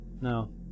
No